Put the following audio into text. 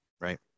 Right